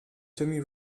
timmy